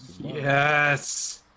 Yes